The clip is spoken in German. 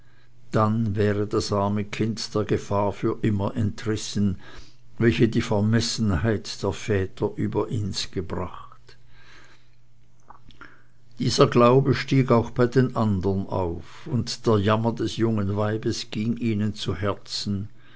dann wäre das arme kind der gefahr für immer entrissen welche die vermessenheit der väter über ihns gebracht dieser glaube stieg auch bei den andern auf und der jammer des jungen weibes ging ihnen zu herzen